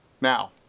Now